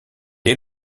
est